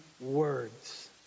words